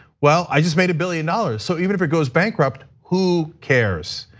well, i just made a billion dollars. so even if it goes bankrupt, who cares?